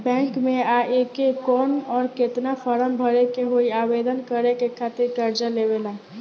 Bank मे आ के कौन और केतना फारम भरे के होयी आवेदन करे के खातिर कर्जा लेवे ला?